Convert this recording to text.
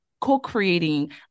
co-creating